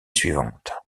suivante